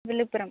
Villupuram